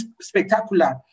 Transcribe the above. spectacular